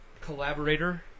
collaborator